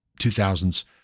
2000s